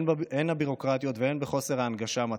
הן הביורוקרטיות והן לגבי ההנגשה המתאימה,